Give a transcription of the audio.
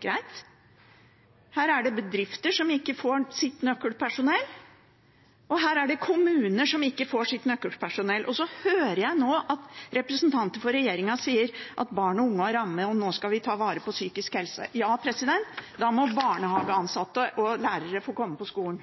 greit. Her er det bedrifter som ikke får sitt nøkkelpersonell, og det er kommuner som ikke får sitt nøkkelpersonell. Så hører jeg at representanter for regjeringen sier at barn og unge er rammet, og at nå skal vi ta vare på deres psykiske helse. Ja, da må barnehageansatte og lærere få komme på skolen.